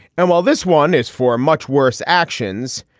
and while this one is for much worse actions,